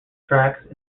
tracks